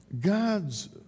God's